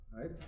Right